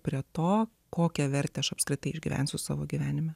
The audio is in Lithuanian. prie to kokią vertę aš apskritai išgyventi su savo gyvenime